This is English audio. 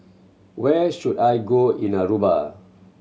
where should I go in Aruba